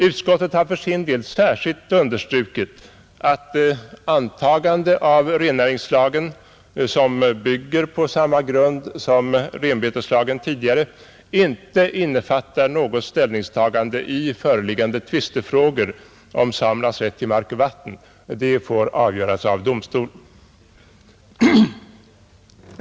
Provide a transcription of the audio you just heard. Utskottet har för sin del särskilt understrukit att antagande av rennäringslagen, som bygger på samma grund som renbeteslagen tidigare, inte innefattar något ställningstagande i föreliggande tvistefrågor om samernas rätt till mark och vatten — de får avgöras av domstol.